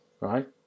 Right